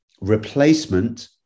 replacement